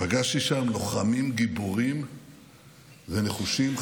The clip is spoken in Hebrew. לוחמים גיבורים ונחושים,